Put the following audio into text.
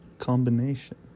Combination